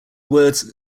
words